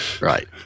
Right